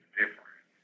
different